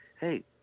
hey